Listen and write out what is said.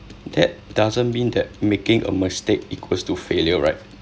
that doesn't mean that making a mistake equals to failure right